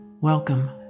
Welcome